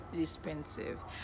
expensive